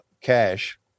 cash